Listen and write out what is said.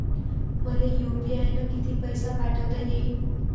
मले यू.पी.आय न किती पैसा पाठवता येईन?